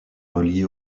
relié